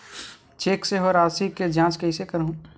Cheque से होए राशि के जांच कइसे करहु?